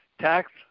tax